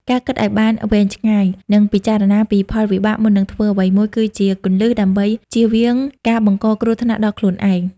ការគិតឲ្យបានវែងឆ្ងាយ និងពិចារណាពីផលវិបាកមុននឹងធ្វើអ្វីមួយ គឺជាគន្លឹះដើម្បីជៀសវាងការបង្កគ្រោះថ្នាក់ដល់ខ្លួនឯង។